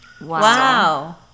Wow